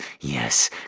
yes